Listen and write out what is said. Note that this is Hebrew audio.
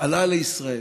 עלה לישראל,